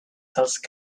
those